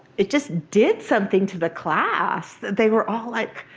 it just did something to the class. they were all, like,